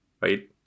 right